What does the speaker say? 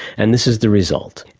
and this is the result.